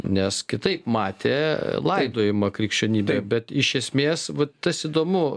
nes kitaip matė laidojimą krikščionybė bet iš esmės va tas įdomu